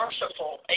merciful